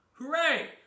Hooray